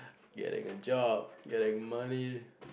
getting a job getting money